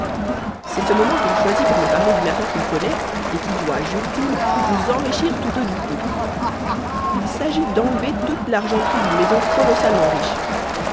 c'est ce moment qu'il choisit pour me parler d'une affaire qu'il connaît et qui doit jure t il nous enrichir tous deux du coup il s'agit d'enlever toute l'argenterie d'une maison colossalement riche